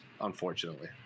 unfortunately